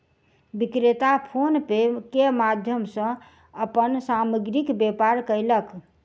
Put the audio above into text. विक्रेता PhonePe के माध्यम सॅ अपन सामग्रीक व्यापार कयलक